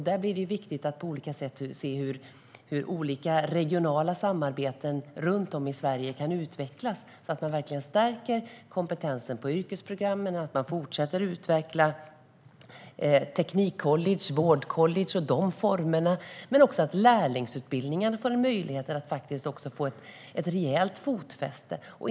Där är det viktigt att se på hur olika regionala samarbeten runt om i Sverige kan utvecklas, så att man verkligen stärker kompetensen på yrkesprogrammen, så att man fortsätter att utveckla teknikcollege, vårdcollege och så att lärlingsutbildningen får en möjlighet att få ett rejält fotfäste.